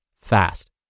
fast